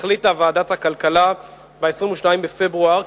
החליטה ועדת הכלכלה ב-22 בפברואר,